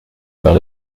par